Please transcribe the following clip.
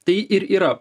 tai ir yra